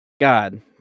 God